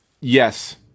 yes